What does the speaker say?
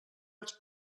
als